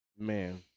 Man